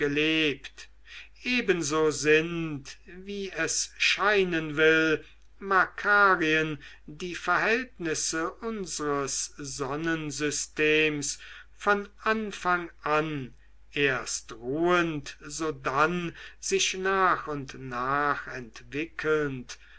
gelebt ebenso sind wie es scheinen will makarien die verhältnisse unsres sonnensystems von anfang an erst ruhend sodann sich nach und nach entwickelnd